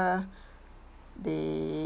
they